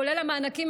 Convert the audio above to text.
כולל המענקים,